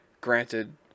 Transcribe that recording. granted